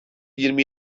yirmi